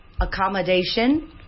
Accommodation